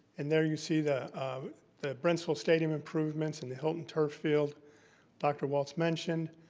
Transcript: and there you see the um the brentsville stadium improvements and the hylton turf field dr. walts mentioned,